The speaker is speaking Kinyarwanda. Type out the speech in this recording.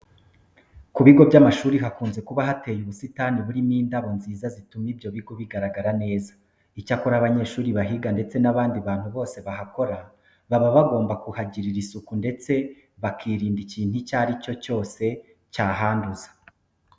Ku bigo by'amashuri hakunze kuba hateye ubusitani burimo indabo nziza zituma ibyo bigo bigaragara neza. Icyakora abanyeshuri bahiga ndetse n'abandi bantu bose bahakora, baba bagomba kuhagirira isuku ndetse bakirinda ikintu icyo ari cyo cyose cyahanduza.